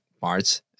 parts